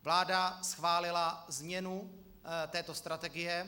Vláda schválila změnu této strategie.